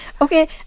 Okay